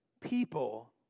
people